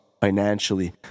financially